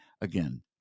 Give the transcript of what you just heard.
again